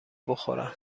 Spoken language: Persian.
بخورم